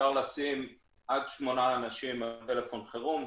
אפשר לשים עד שמונה אנשים על טלפון חירום.